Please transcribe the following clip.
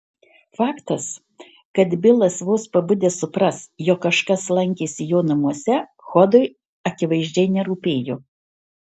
faktas kad bilas vos pabudęs supras jog kažkas lankėsi jo namuose hodui akivaizdžiai nerūpėjo